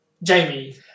Jamie